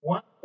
One